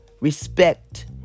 respect